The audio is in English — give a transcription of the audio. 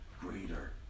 greater